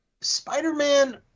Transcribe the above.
Spider-Man